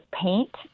paint